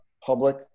public